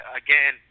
again